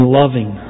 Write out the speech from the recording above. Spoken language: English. loving